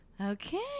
okay